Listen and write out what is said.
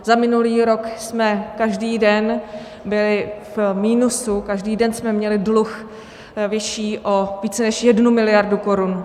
Za minulý rok jsme každý den byli v minusu, každý den jsme měli dluh vyšší o více než jednu miliardu korun.